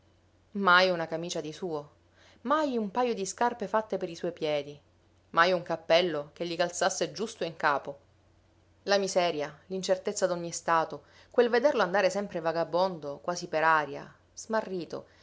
mai una camicia di suo mai un pajo di scarpe fatte per i suoi piedi mai un cappello che gli calzasse giusto in capo la miseria l'incertezza d'ogni stato quel vederlo andare sempre vagabondo quasi per aria smarrito